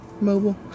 Mobile